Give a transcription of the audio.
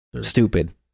Stupid